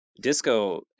Disco